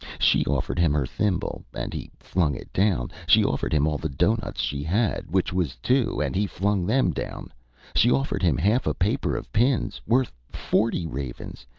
she offered him her thimble, and he flung it down she offered him all the doughnuts she had, which was two, and he flung them down she offered him half a paper of pins, worth forty ravens,